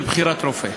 של בחירת רופא.